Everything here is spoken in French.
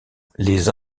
les